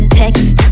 text